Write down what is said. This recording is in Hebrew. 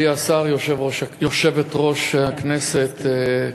יושבת-ראש הישיבה,